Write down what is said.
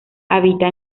habita